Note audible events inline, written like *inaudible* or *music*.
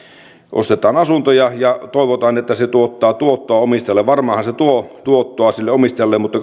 ostetaan asunto ja ja toivotaan että se tuottaa tuottoa omistajalle varmaanhan se tuo tuottoa sille omistajalleen mutta *unintelligible*